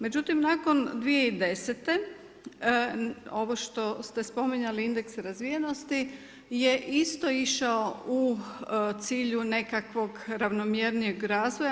Međutim, nakon 2010. ovo što ste spominjali indeks razvijenosti je isto išao u cilju nekakvog ravnomjernijeg razvoja.